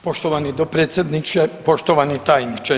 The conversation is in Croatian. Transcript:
Poštovani dopredsjedniče, poštovani tajniče.